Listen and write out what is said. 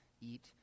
eat